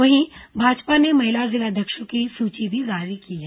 वहीं भाजपा ने महिला जिलाध्यक्षों की भी सूची जारी की है